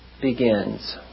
begins